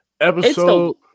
Episode